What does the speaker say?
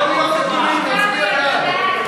אנא, חברים, תפסו את מקומותיכם.